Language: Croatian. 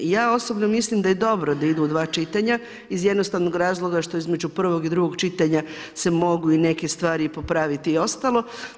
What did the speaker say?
Ja osobno mislim da je dobro da idu u dva čitanja iz jednostavnog razloga što između prvog i drugog čitanja se mogu i neke stvari i popraviti i ostalo.